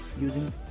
using